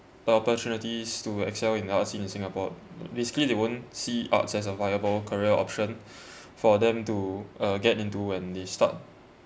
the opportunities to excel in the arts in singapore basically they won't see arts as a viable career option for them to uh get into when they start